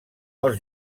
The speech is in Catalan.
els